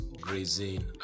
grazing